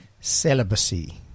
celibacy